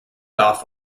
off